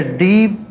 deep